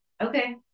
okay